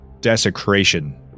desecration